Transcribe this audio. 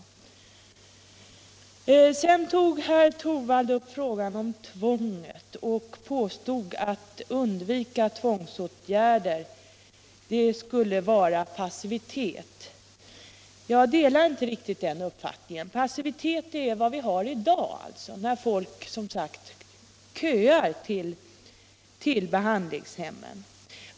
Sedan tog herr Torwald upp frågan om tvånget och påstod att undvikande av tvångsåtgärder skulle vara passivitet. Jag delar inte den uppfattningen. Passivitet är vad vi har i dag, när människor köar till behandlingshemmen.